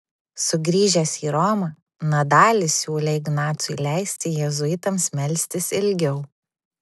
sugrįžęs į romą nadalis siūlė ignacui leisti jėzuitams melstis ilgiau